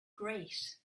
great